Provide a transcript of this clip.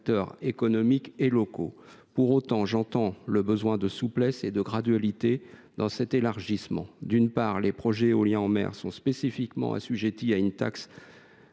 d’acteurs économiques et locaux. Pour autant, j’entends le besoin de souplesse et de gradualité dans cet élargissement du dispositif : d’une part, les projets d’éolien en mer sont spécifiquement assujettis à la taxe